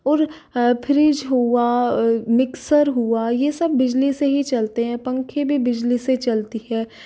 और फ्रिज हुआ मिक्सर हुआ यह सब बिजली से ही चलते हैं पंखे भी बिजली से चलती है